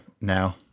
now